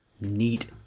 Neat